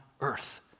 earth